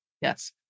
Yes